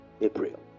April